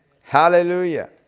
Hallelujah